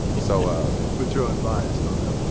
so ah but you're unbiased on that